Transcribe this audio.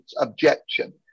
objection